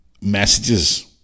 messages